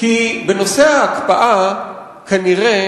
כי בנושא ההקפאה כנראה